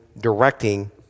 directing